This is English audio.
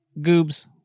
Goobs